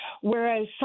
Whereas